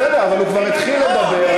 בסדר, אבל הוא כבר התחיל לדבר.